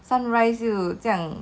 sunrise 就这样